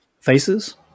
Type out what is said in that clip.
faces